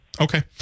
okay